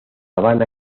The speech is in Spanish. habana